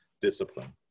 discipline